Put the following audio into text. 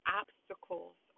obstacles